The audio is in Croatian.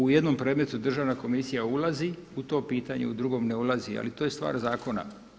U jednom predmetu Državna komisija ulazi u to pitanje, u drugom ne ulazi ali to je stvar zakona.